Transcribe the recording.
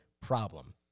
problem